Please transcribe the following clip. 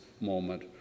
moment